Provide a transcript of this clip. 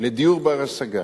לדיור בר-השגה,